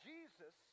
Jesus